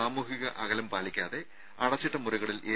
സാമൂഹിക അകലം പാലിക്കാതെ അടച്ചിട്ട മുറകളിൽ എ